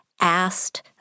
asked